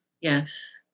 yes